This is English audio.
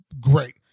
great